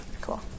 cool